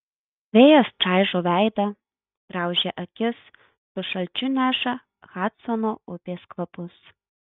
vėjas čaižo veidą graužia akis su šalčiu neša hadsono upės kvapus